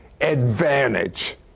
advantage